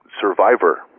survivor